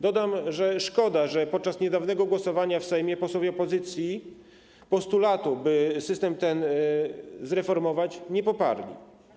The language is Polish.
Dodam, że szkoda, iż podczas niedawnego głosowania w Sejmie posłowie opozycji postulatu, by system ten zreformować, nie poparli.